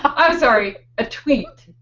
i'm sorry. a tweet.